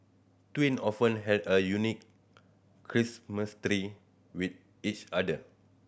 twin often have a unique with each other